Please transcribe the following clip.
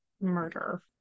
murder